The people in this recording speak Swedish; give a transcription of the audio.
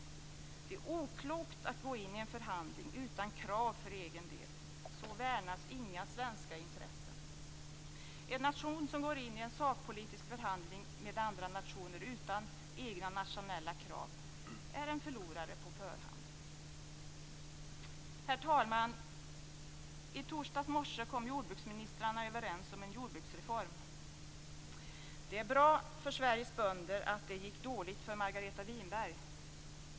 Det är oklokt att gå in i en förhandling utan krav för egen del. Så värnas inga svenska intressen. En nation som går in i en sakpolitisk förhandling med andra nationer utan egna nationella krav är en förlorare på förhand. Herr talman! I torsdags morse kom jordbruksministrarna överens om en jordbruksreform. Det är bra för Sveriges bönder att det gick dåligt för Margareta Winberg.